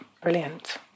Brilliant